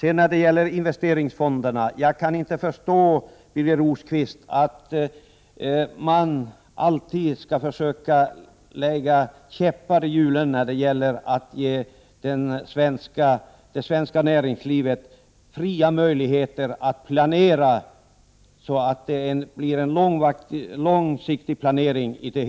I När det gäller investeringsfonderna vill jag säga till Birger Rosqvist att jag inte kan förstå att man alltid skall försöka sätta käppar i hjulen för det svenska näringslivets möjligheter att fritt planera långsiktigt.